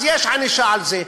אז יש ענישה על זה.